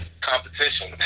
competition